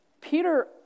Peter